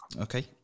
Okay